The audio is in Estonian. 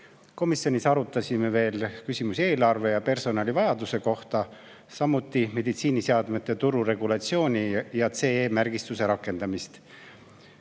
Komisjonis arutasime veel küsimusi eelarve ja personalivajaduse kohta, samuti meditsiiniseadmete turu regulatsiooni ja CE‑märgistuse rakendamist. Tehti